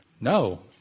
No